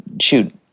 shoot